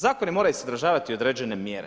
Zakoni moraju sadržavati određene mjere.